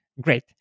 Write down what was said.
Great